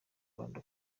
rwanda